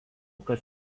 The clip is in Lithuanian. kas